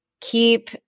keep